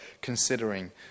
considering